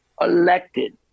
elected